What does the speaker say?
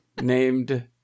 Named